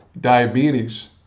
Diabetes